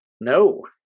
No